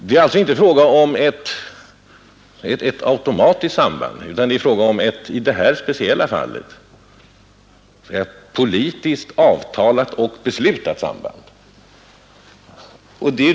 Det är alltså inte fråga om ett automatiskt samband, utan det är i detta speciella fall fråga om ett politiskt avtalat och beslutat samband.